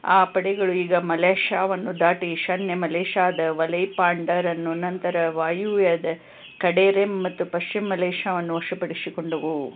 ಆ ಪಡೆಗಳು ಈಗ ಮಲೇಷ್ಯಾವನ್ನು ದಾಟಿ ಈಶಾನ್ಯ ಮಲೇಷ್ಯಾದ ವಲೈಪಾಂಡರನ್ನು ನಂತರ ವಾಯುವ್ಯದ ಕಡೆರೆಮ್ ಮತ್ತು ಪಶ್ಚಿಮ ಮಲೇಷ್ಯಾವನ್ನು ವಶಪಡಿಸಿಕೊಂಡವು